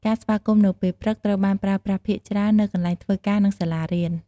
ការស្វាគមន៍នៅពេលព្រឹក ត្រូវបានប្រើប្រាស់ភាគច្រើននៅកន្លែងធ្វើការ និងសាលារៀន។